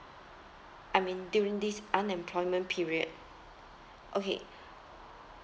I mean during this unemployment period okay